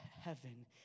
heaven